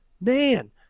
man